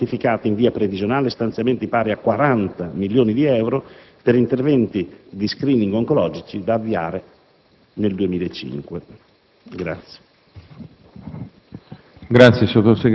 Con la stessa deliberazione sono stati quantificati in via previsionale stanziamenti pari a 40.000.000 euro per interventi di *screening* oncologici, da avviare entro il